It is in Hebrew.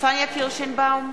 פניה קירשנבאום,